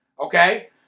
okay